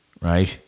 right